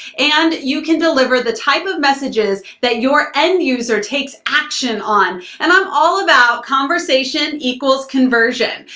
and you can deliver the type of messages that your end user takes action on. and i'm all about conversation equals conversion.